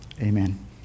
Amen